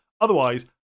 otherwise